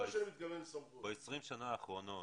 שהעולם הטכנולוגי התקדם ב-20 השנים האחרונות.